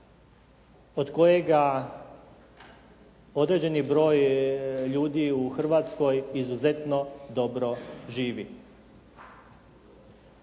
od kojega određeni broj ljudi u Hrvatskoj izuzetno dobro živi.